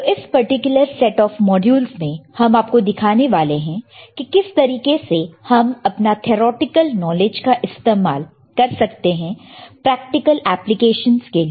तो इस particular set of modulus में हम आप को दिखाने वाले हैं कि किस तरीके से हम अपना थियोरेटिकल नॉलेज का इस्तेमाल कर सकते हैं प्रैक्टिकल एप्लीकेशंस के लिए